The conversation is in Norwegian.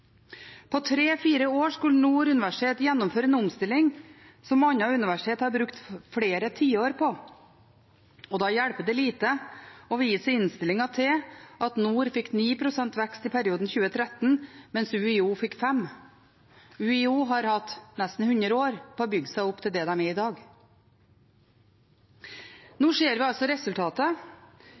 år skulle Nord universitet gjennomføre en omstilling som andre universitet har brukt flere tiår på, og da hjelper det lite å vise i innstillingen til at Nord fikk 9 pst. vekst i perioden 2013–2019, mens UiO fikk 5 pst. UiO har hatt nesten 100 år på å bygge seg opp til det de er i dag. Nå ser vi altså resultatet,